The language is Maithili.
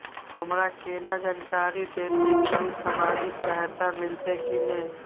हमरा केना जानकारी देते की सामाजिक सहायता मिलते की ने?